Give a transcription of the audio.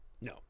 no